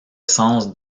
sens